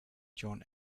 john